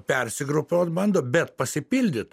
persigrupuot bando bet pasipildyt